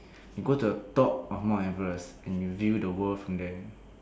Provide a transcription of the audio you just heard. you go to the top of Mount Everest and you view the world from there